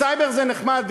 סייבר זה נחמד.